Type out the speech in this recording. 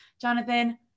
Jonathan